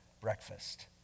breakfast